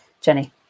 Jenny